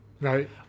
right